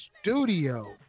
studio